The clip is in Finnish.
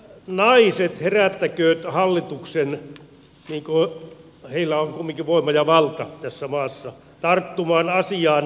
naiset herättäkööt hallituksen heillä on kumminkin voima ja valta tässä maassa tarttumaan asiaan näissäkin kehyksissä